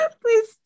please